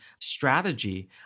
strategy